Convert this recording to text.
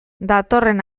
datorren